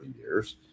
years